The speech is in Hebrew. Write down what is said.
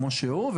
כמו שהוא.